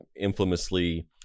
infamously